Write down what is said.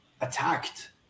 attacked